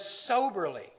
soberly